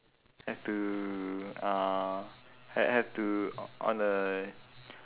have to uh ha~ have to o~ on a